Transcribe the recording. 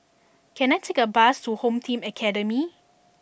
can I take a bus to Home Team Academy